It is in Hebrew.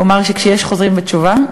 הוא אמר שכשיש חוזרים בתשובה,